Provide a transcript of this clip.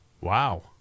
Wow